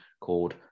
called